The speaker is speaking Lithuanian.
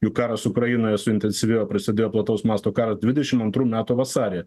juk karas ukrainoje suintensyvėjo prasidėjo plataus masto karas dvidešim antrų metų vasarį